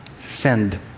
Send